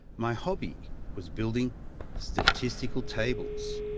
my hobby was building statistical tables,